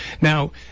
Now